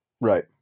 right